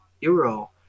euro